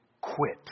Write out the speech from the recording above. quit